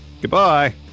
goodbye